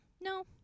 no